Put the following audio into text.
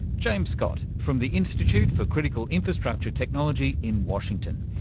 james scott from the institute for critical infrastructure technology in washington.